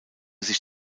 sich